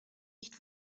nicht